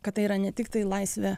kad tai yra ne tiktai laisvė